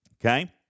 okay